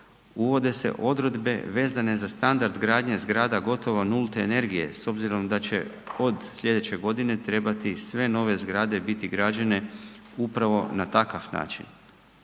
Uvode se odredbe vezane za standard gradnje zgrada gotovo nulte energije s obzirom da će od slijedeće godine sve nove zgrade biti građene upravo na takav način.